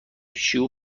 شیوع